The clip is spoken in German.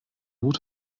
mut